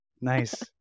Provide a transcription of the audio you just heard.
Nice